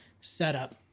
setup